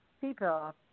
people